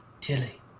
Tilly